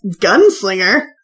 gunslinger